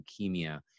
leukemia